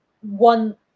one